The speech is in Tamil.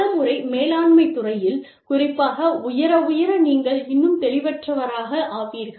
பல முறை மேலாண்மைத் துறையில் குறிப்பாக உயர உயர நீங்கள் இன்னும் தெளிவற்றவராக ஆவீர்கள்